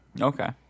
Okay